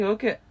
Okay